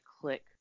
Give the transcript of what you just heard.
click